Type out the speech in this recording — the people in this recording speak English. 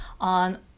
on